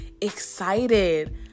excited